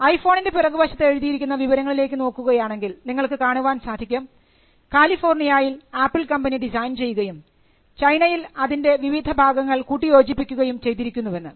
ഐഫോണിൻറെ പിറകുവശത്ത് എഴുതിയിരിക്കുന്ന വിവരങ്ങളിലേക്ക് നോക്കുകയാണെങ്കിൽ നിങ്ങൾക്ക് കാണുവാൻ സാധിക്കും കാലിഫോർണിയയിൽ ആപ്പിൾ കമ്പനി ഡിസൈൻ ചെയ്യുകയും ചൈനയിൽ അതിൻറെ വിവിധ ഭാഗങ്ങൾ കൂട്ടി യോജിപ്പിക്കുകയും ചെയ്തിരിക്കുന്നുവെന്ന്